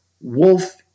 wolf